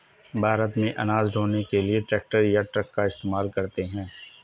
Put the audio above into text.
भारत में अनाज ढ़ोने के लिए ट्रैक्टर या ट्रक का इस्तेमाल करते हैं